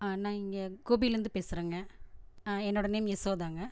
நான் இங்கே கோபிலேந்து பேசுகிறங்க ஆ என்னோடய நேம் யசோதாங்க